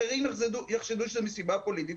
אחרים יחשדו שזה מסיבה פוליטית.